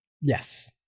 Yes